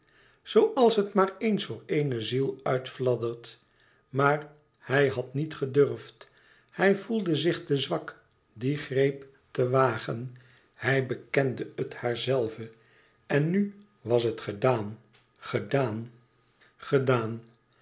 zooals het maar ééns voor eene ziel uitfladdert maar hij had niet gedurfd hij voelde zich te zwak dien greep te wagen hij bekende het haar zelve en nu was het gedaan gedaan gedaan